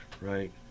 right